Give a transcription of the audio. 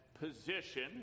position